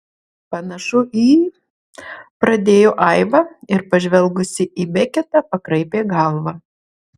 panašu į pradėjo aiva ir pažvelgusi į beketą pakraipė galvą